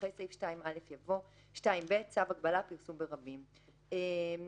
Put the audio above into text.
אחרי סעיף 2א יבוא: "צו הגבלה פרסום ברבים 2ב. (א)